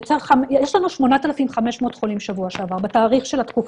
יש לנו 8,500 חולים בשבוע שעבר בתאריך של התקופה.